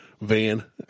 Van